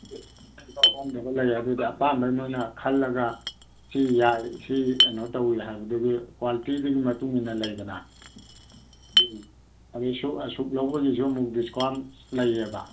ꯂꯩ ꯑꯗꯨꯗ ꯑꯄꯥꯝꯕ ꯅꯣꯏꯅ ꯈꯜꯂꯒ ꯁꯤ ꯌꯥꯏ ꯁꯤ ꯀꯩꯅꯣ ꯇꯧꯋꯤ ꯍꯥꯏꯕꯗꯨꯒꯤ ꯀ꯭ꯋꯥꯂꯤꯇꯤꯗꯨꯒꯤ ꯃꯇꯨꯡ ꯏꯟꯅ ꯂꯩꯗꯅ ꯑꯁꯨꯛ ꯂꯩꯕꯒꯤꯁꯨ ꯑꯃꯨꯛ ꯗꯤꯁꯀꯥꯎꯟ ꯂꯩꯌꯦꯕ